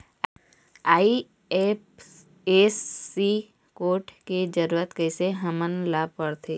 IFSC code के जरूरत कैसे हमन ला पड़थे?